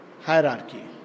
hierarchy